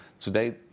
today